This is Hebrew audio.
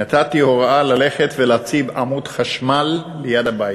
נתתי הוראה ללכת ולהציב עמוד חשמל ליד הבית.